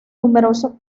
numerosos